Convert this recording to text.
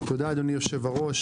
תודה אדוני היו"ר.